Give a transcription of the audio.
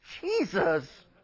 Jesus